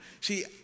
See